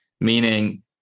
Meaning